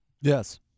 Yes